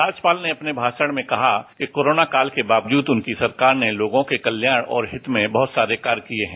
राज्यपाल ने अपने भाषण में कहा कि कोरोना कॉल के बावजूद उनकी सरकार ने लोगों के कल्याण और हित में बहुत सारे कार्य किए हैं